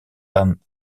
dan